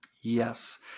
Yes